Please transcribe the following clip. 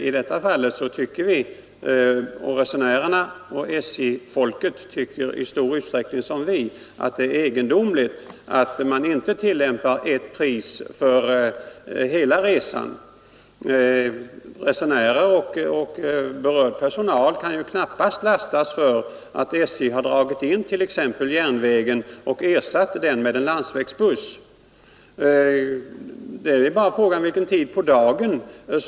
I detta fall tycker vi — och resenärerna och SJ-folket tycker i stor utsträckning som vi — att det är egendomligt att man inte tillämpar ett pris för hela resan. Resenärer och berörd personal kan ju t.ex. knappast lastas för att SJ har dragit in järnvägen och ersatt den med en landsvägsbuss.